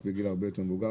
רק בגיל הרבה יותר מבוגר,